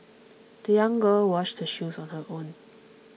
the young girl washed her shoes on her own